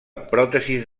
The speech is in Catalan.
pròtesis